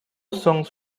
songs